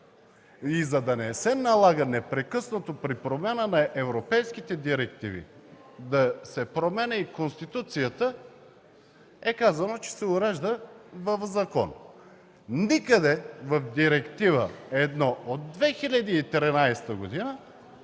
г. За да не се налага непрекъснато при промяна на европейските директиви да се променя и Конституцията, е казано, че се урежда в закон. Никъде в Директива1/2013 г.,